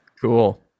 Cool